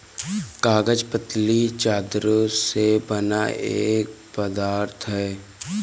कागज पतली चद्दरों से बना एक पदार्थ है